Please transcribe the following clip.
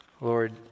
Lord